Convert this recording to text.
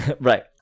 Right